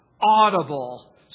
audible